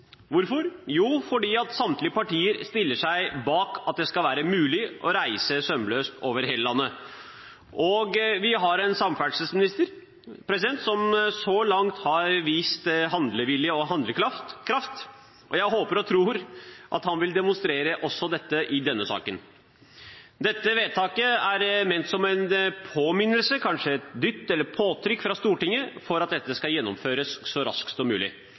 Hvorfor? Jo, fordi samtlige partier stiller seg bak at det skal være mulig å reise sømløst over hele landet, og vi har en samferdselsminister som så langt har vist handlevilje og handlekraft. Jeg håper og tror han vil demonstrere dette også i denne saken. Dette vedtaket er ment som en påminnelse, kanskje et dytt eller påtrykk fra Stortinget, for at dette skal gjennomføres så raskt som mulig.